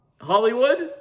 Hollywood